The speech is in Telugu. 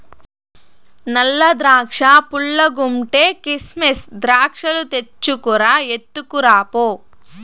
నల్ల ద్రాక్షా పుల్లగుంటే, కిసిమెస్ ద్రాక్షాలు తెచ్చుకు రా, ఎత్తుకురా పో